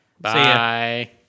Bye